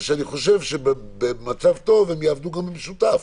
אני חושב שבמצב טוב הם יעבדו גם בשיתוף,